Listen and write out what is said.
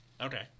Okay